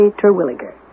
Terwilliger